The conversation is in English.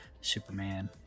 Superman